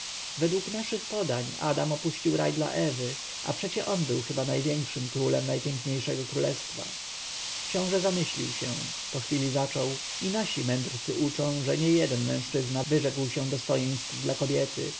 według naszych podań adam opuścił raj dla ewy a przecie on był chyba największym królem najpiękniejszego królestwa książę zamyślił się po chwili zaczął i nasi mędrcy uczą że niejeden mężczyzna wyrzekł się dostojeństw dla kobiety